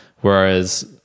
Whereas